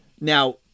Now